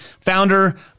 founder